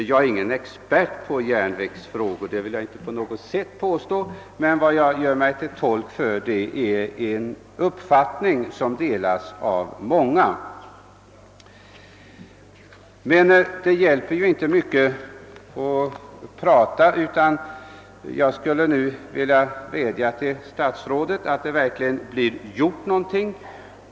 Jag vill inte på något sätt påstå att jag är expert på järnvägsfrågor, men jag gör mig till tolk för en uppfattning som delas av många. Jag vill nu vädja till statsrådet att verkligen göra någonting.